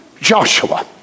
Joshua